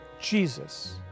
Jesus